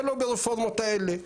זה לא ברפורמות האלה.